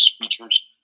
features